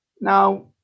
Now